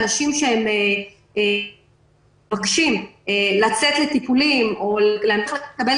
מדובר באנשים שמבקשים לצאת לטיפולים או לקבל